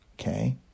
okay